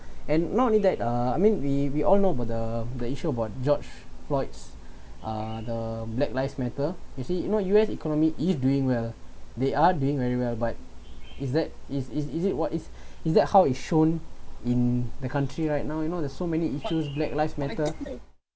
and not only that uh I mean we we all know about the the issue about george floyd's uh the black lives matter you see you know U_S economy is doing well they are doing very well but is that is it is it what is is that how is shown in the country right now you know there's so many issues black lives matter